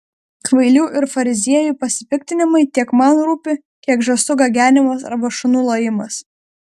kvailių ir fariziejų pasipiktinimai tiek man rūpi kiek žąsų gagenimas arba šunų lojimas